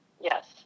Yes